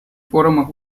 форумах